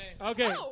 Okay